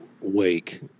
wake